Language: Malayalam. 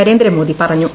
നരേന്ദ്രമോദി പറഞ്ഞു